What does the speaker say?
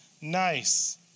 Nice